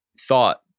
thought